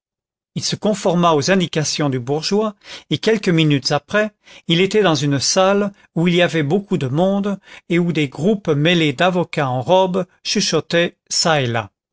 il se conforma aux indications du bourgeois et quelques minutes après il était dans une salle où il y avait beaucoup de monde et où des groupes mêlés d'avocats en robe